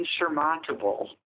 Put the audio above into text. insurmountable